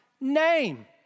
name